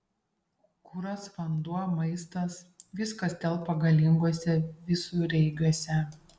kuras vanduo maistas viskas telpa galinguose visureigiuose